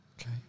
Okay